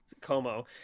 Como